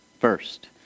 first